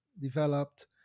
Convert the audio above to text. developed